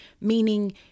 Meaning